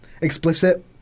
Explicit